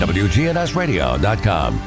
wgnsradio.com